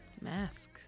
mask